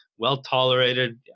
well-tolerated